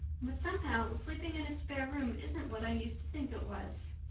but somehow sleeping in a spare room isn't what i used to think it was.